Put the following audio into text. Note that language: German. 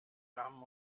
kamen